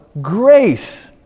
grace